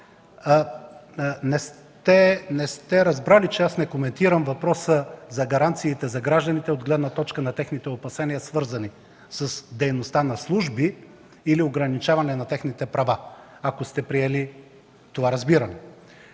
не сте разбрали, че не коментирам въпроса за гаранциите за гражданите, от гледна точка на техните опасения, свързани с дейността на службите или ограничаване на техните права, ако сте приели това разбиране.